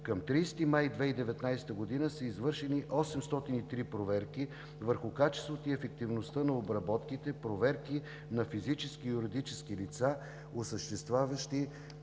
Към 30 май 2019 г. са извършени 803 проверки върху качеството и ефективността на обработките, проверки на физически и юридически лица, осъществяващи